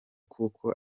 kuko